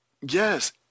Yes